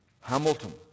Hamilton